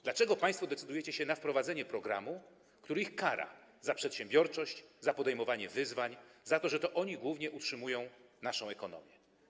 Dlaczego państwo decydujecie się na wprowadzenie programu, który ich karze za przedsiębiorczość, za podejmowanie wyzwań, za to, że to oni głównie utrzymują naszą gospodarkę, ekonomię?